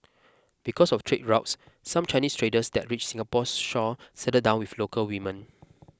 because of trade routes some Chinese traders that reached Singapore's shores settled down with local women